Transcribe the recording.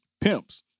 Pimps